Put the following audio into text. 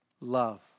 love